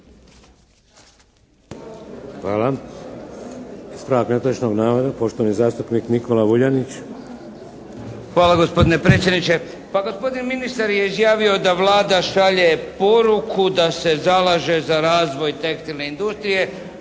Hvala. Ispravak netočnog navoda, poštovani zastupnik Nikola Vuljanić. **Vuljanić, Nikola (HNS)** Hvala gospodine predsjedniče. Pa gospodin ministar je izjavio da Vlada šalje poruku da se zalaže za razvoj tekstilne industrije.